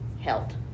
held